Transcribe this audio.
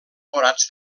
forats